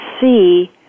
see